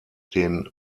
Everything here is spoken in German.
den